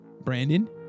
Brandon